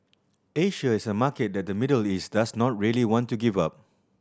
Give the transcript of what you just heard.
Asia is a market that the Middle East does not really want to give up